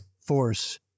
force